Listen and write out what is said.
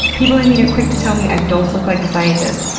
people i meet are quick to tell me i don't look like a scientist.